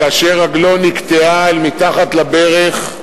כאשר רגלו נקטעה מתחת לברך,